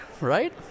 right